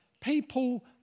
people